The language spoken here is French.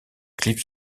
clips